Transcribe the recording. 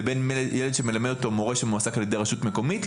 לבין ילד שמלמד אותו מורה שמועסק על ידי הרשות המקומית,